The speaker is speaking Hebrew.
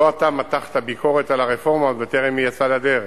לא אתה מתחת ביקורת על הרפורמה בטרם היא יצאה לדרך